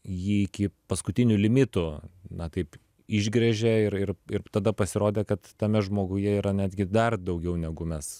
jį iki paskutinių limitų na taip išgręžė ir ir ir tada pasirodė kad tame žmoguje yra netgi dar daugiau negu mes